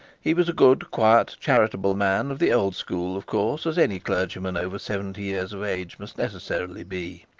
he was a good, quiet, charitable man, of the old school of course, as any clergyman over seventy years of age must necessarily be.